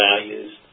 values